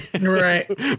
Right